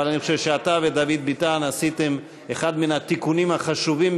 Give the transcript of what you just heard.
אבל אני חושב שאתה ודוד ביטן עשיתם אחד מן התיקונים החשובים